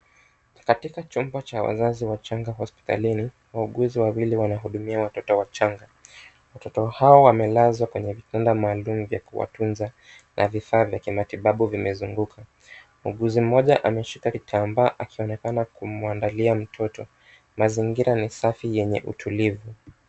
Katika chumba cha wazazi wachanga hospitalini, wauguzi wawili wanahudumia watoto wachanga. Watoto hawa wamelazwa katika vitanda maalum vya kuwatunza na vifaa vya kimatibabu vimezunguka. Muuguzi mmoja ameshika kitambaa akionekana kumwandalia mtoto. Mazingira ni safi yenye utulivu.